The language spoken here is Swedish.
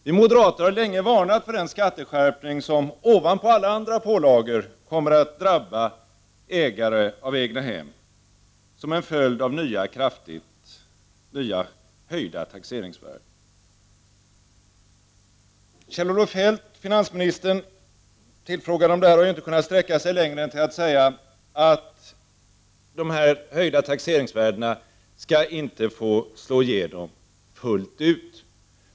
Vi moderater har länge varnat för den skatteskärpning som ovanpå alla andra pålagor kommer att drabba alla ägare av egnahem som en följd av nya, höjda taxeringsvärden. Kjell-Olof Feldt, finansministern, tillfrågad om detta, har ju inte kunnat sträcka sig längre än till att säga att de höjda taxeringsvärdena inte skall få slå igenom fullt ut.